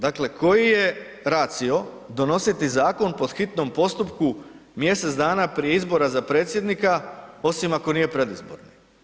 Dakle, koji je racio donositi zakon po hitnom postupku mjesec dana prije izbora za predsjednika, osim ako nije predizborni?